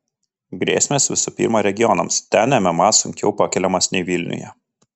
grėsmės visų pirma regionams ten mma sunkiau pakeliamas nei vilniuje